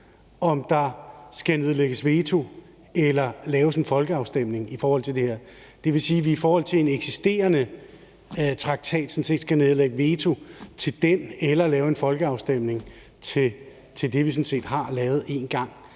om der skal nedlægges veto eller laves en folkeafstemning i forhold til det her, og det vil sådan set også sige, at vi i forhold til en eksisterende traktat skal nedlægge veto til den eller lave en folkeafstemning til det, vi en gang